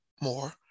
more